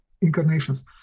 incarnations